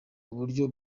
uburyo